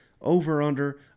over-under